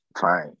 Fine